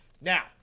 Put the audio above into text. Now